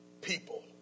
people